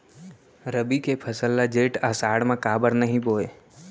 रबि के फसल ल जेठ आषाढ़ म काबर नही बोए?